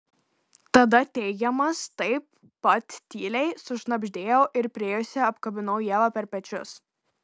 tada teigiamas taip pat tyliai sušnabždėjau ir priėjusi apkabinau ievą per pečius